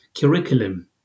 curriculum